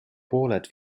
pooled